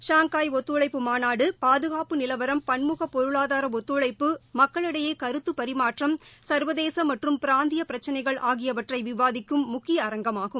Shanghai ஒத்துழைப்பு மாநாடு பாதுகாப்பு நிலவரம் பன்முக பொருளாதார ஒத்துழைப்பு மக்களிடையே கருத்துப் பரிமாற்றம் சா்வதேச மற்றும் பிராந்திய பிரச்சனைகள் ஆகியவற்றை விவாதிக்கும் முக்கிய அரங்கமாகும்